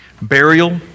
burial